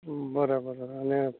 બરાબર અને